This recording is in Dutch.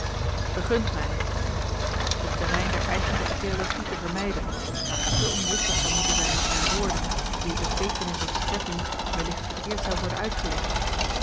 vergunt mij zeide bol het terrein der eigentlijke theologie te vermijden waar ik te omzichtig zou moeten zijn met mijn woorden wier beteekenis of strekking wellicht verkeerd zou worden uitgelegd